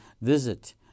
Visit